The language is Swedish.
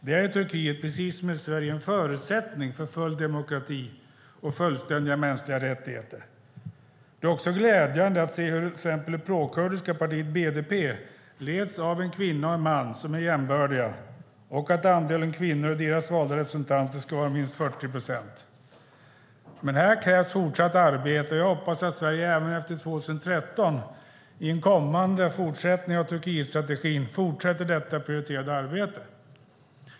Det är i Turkiet, precis som i Sverige, en förutsättning för full demokrati och fullständiga mänskliga rättigheter. Det är också glädjande att se hur det prokurdiska partiet BDP leds av en kvinna och en man som är jämbördiga och att andelen kvinnor av deras valda representanter ska vara minst 40 procent. Men här krävs fortsatt arbete, och jag hoppas att Sverige även efter 2013 i en kommande fortsättning av Turkietstrategin fortsätter detta prioriterade arbete.